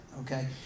okay